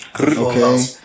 Okay